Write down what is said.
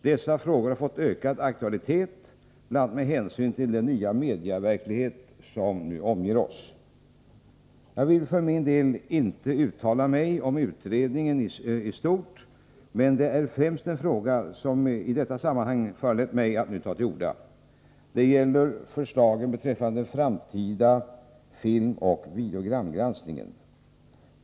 Dessa frågor har fått ökad aktualitet, bl.a. med hänsyn till den nya medieverklighet som nu omger oss. Jag vill för min del inte uttala mig om utredningen i stort. Det är främst en fråga som i detta sammanhang föranlett mig att nu ta till orda, nämligen förslagen beträffande den framtida filmoch videogramgranskningen.